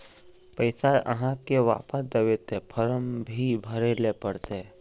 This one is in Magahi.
पैसा आहाँ के वापस दबे ते फारम भी भरें ले पड़ते?